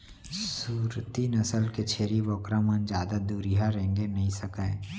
सूरती नसल के छेरी बोकरा मन जादा दुरिहा रेंगे नइ सकय